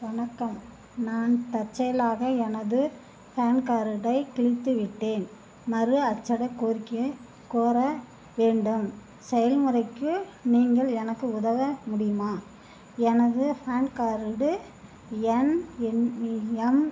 வணக்கம் நான் தற்செயலாக எனது பேன் கார்டைக் கிழித்துவிட்டேன் மறு அச்சிடக் கோரிக்கையை கோர வேண்டும் செயல்முறைக்கு நீங்கள் எனக்கு உதவ முடியுமா எனது பேன் கார்டு என் எண் எம்